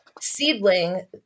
seedling